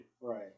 Right